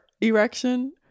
erection